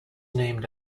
named